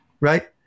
Right